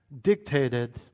dictated